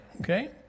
Okay